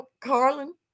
carlin